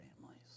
families